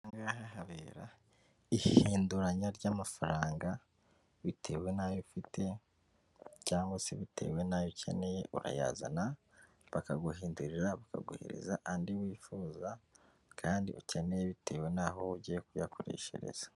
Aha habera ihinduranya ry'amafaranga bitewe n'ayo ufite cyangwa se bitewe n'ayo ukeneye, urayazana bakaguhindurira bakaguhereza andi wifuza kandi ukeneye bitewe n'aho ugiye kuyakoreshereza.